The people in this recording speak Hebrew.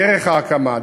דרך ההקמה,